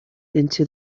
into